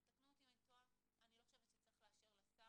ותקנו אותי אם אני טועה אני לא חושבת שצריך לאשר לשר,